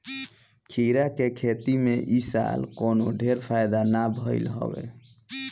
खीरा के खेती में इ साल कवनो ढेर फायदा नाइ भइल हअ